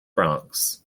bronx